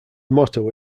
motto